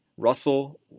Russell